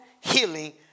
healing